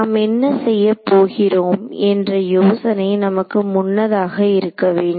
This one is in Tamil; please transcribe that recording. நாம் என்ன செய்யப்போகிறோம் என்ற யோசனை நமக்கு முன்னதாக இருக்க வேண்டும்